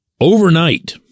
overnight